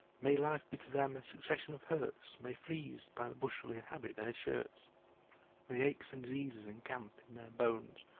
may life be to them a succession of hurts may fleas by the bushel inhabit their shirts may aches and diseases encamp in their bones,